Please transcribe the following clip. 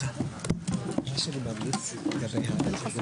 הישיבה ננעלה בשעה 10:48.